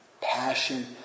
passion